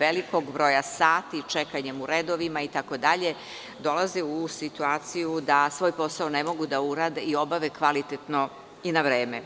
veliki broja sati čekanjem u redovima itd. i dolaze u situaciju da svoj posao ne mogu da urade i obave kvalitetno i na vreme.